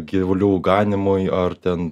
gyvulių ganymui ar ten